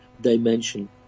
dimension